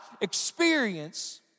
experience